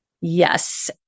Yes